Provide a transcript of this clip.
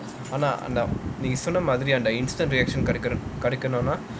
ஆனா அந்த நீ சொன்ன மாதிரி அந்த:aanaa antha nee sonna maathiri antha instant reaction கிடைக்கணும்னா:kidaikkanumnaa